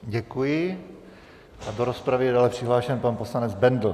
Děkuji a do rozpravy je dále přihlášen pan poslanec Bendl.